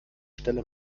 stelle